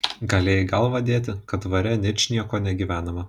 galėjai galvą dėti kad dvare ničniekieno negyvenama